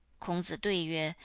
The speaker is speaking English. kong zi dui yue,